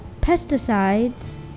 pesticides